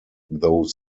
though